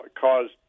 caused